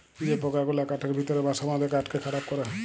যে পকা গুলা কাঠের ভিতরে বাসা বাঁধে কাঠকে খারাপ ক্যরে